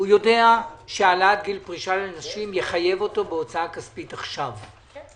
יודע שהעלאת גיל פרישה לנשים יחייב אותו בהוצאה כספית עכשיו.